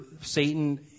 Satan